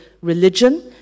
religion